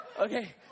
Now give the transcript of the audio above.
okay